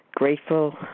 Grateful